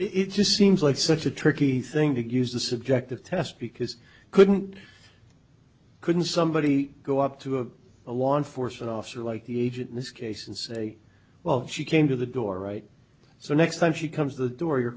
are it just seems like such a tricky thing to use the subjective test because i couldn't couldn't somebody go up to a a law enforcement officer like the agent in this case and say well she came to the door right so next time she comes the door your